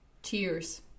cheers